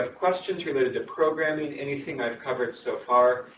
ah questions related to programming, anything i've covered so far,